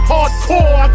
Hardcore